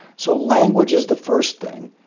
so language is the first thing.